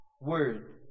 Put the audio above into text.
word